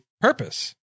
purpose